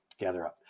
GatherUp